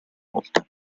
volta